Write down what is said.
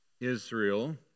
Israel